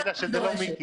עפר, תגיד לה שזה לא מיקי.